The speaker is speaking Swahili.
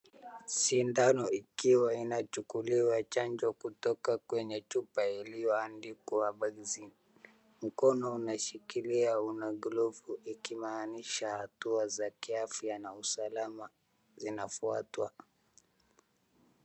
Sindano ikiwa inachukuliwa chanjo kutoka kwenye chupa ilioandikwa ]vaccine .Mkono uanoushikilia ni wenye glovu ikimanisha hatua ya kiafya na usalama inafuatwa.